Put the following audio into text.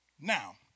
now